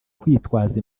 kwitwaza